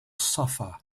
suffer